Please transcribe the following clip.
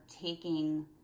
taking